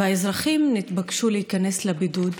והאזרחים נתבקשו להיכנס לבידוד.